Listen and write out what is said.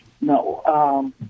No